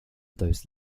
those